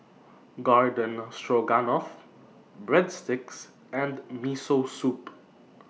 Garden Stroganoff Breadsticks and Miso Soup